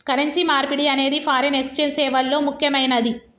currency మార్పిడి అనేది foreign exchange సేవల్లో ముక్కెమైనది